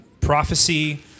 Prophecy